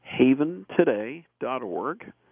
haventoday.org